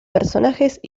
personajes